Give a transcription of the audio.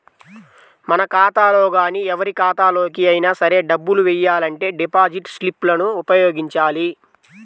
మన ఖాతాలో గానీ ఎవరి ఖాతాలోకి అయినా సరే డబ్బులు వెయ్యాలంటే డిపాజిట్ స్లిప్ లను ఉపయోగించాలి